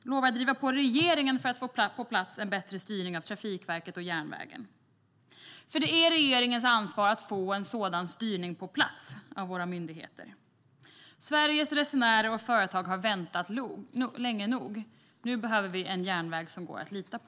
Vi lovar att driva på regeringen för att få en bättre styrning av Trafikverket och järnvägen på plats, för det är regeringens ansvar att få en sådan styrning av våra myndigheter på plats. Sveriges resenärer och företag har väntat länge nog. Nu behöver vi en järnväg som går att lita på.